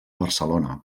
barcelona